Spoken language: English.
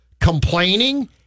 complaining